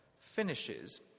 finishes